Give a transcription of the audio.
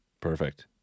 Perfect